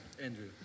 Andrew